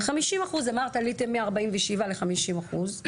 50% אמרת שעליתם מ-47 ל-50 אחוזים.